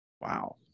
wow